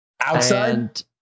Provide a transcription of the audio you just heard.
Outside